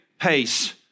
pace